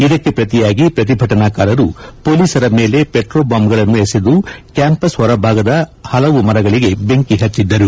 ಇದಕ್ಕೆ ಪ್ರತಿಯಾಗಿ ಪ್ರತಿಭಟನಾಕಾರರು ಪೊಲೀಸರ ಮೇಲೆ ಪೆಟ್ರೋಬಾಂಬ್ಗಳನ್ನು ಎಸೆದು ಕ್ಯಾಂಪಸ್ನ ಹೊರಭಾಗದ ಹಲವು ಮರಗಳಿಗೆ ಬೆಂಕಿ ಹಚ್ಚಿದ್ದರು